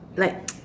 like